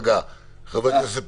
חבר הכנסת פינדרוס,